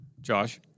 Josh